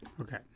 Okay